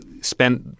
spent